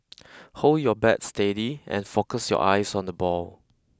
hold your bat steady and focus your eyes on the ball